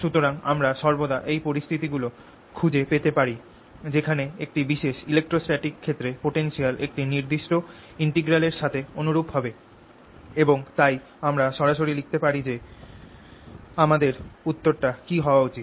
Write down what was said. সুতরাং আমরা সর্বদা এই পরিস্থিতি গুলো খুঁজে পেতে পারি যেখানে একটি বিশেষ electrostatic ক্ষেত্রে পোটেনশিয়াল একটি নির্দিষ্ট ইন্টিগ্রালএর সাথে অনুরূপ হবে এবং তাই আমরা সরাসরি লিখতে পারি যে আমাদের উত্তর টা কী হওয়া উচিত